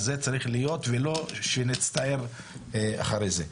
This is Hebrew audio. אז זה צריך להיות ולא שנצטער אחרי זה.